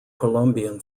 colombian